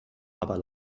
aber